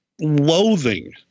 loathing